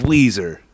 Weezer